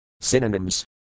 Synonyms